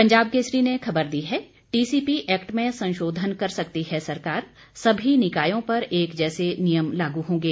पंजाब केसरी ने खबर दी है टीसीपी एक्ट में संशोधन कर सकती है सरकार सभी निकायों पर एक जैसे नियम लागू होंगे